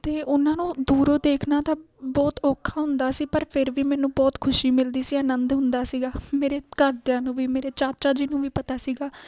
ਤੇ ਉਹਨਾਂ ਨੂੰ ਦੂਰੋਂ ਦੇਖਣਾ ਤਾ ਬਹੁਤ ਔਖਾ ਹੁੰਦਾ ਸੀ ਪਰ ਫਿਰ ਵੀ ਮੈਨੂੰ ਬਹੁਤ ਖੁਸ਼ੀ ਮਿਲਦੀ ਸੀ ਆਨੰਦ ਹੁੰਦਾ ਸੀਗਾ ਮੇਰੇ ਘਰਦਿਆਂ ਨੂੰ ਵੀ ਮੇਰੇ ਚਾਚਾ ਜੀ ਨੂੰ ਵੀ ਪਤਾ ਸੀਗਾ